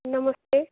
नमस्ते